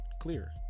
clear